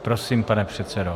Prosím, pane předsedo.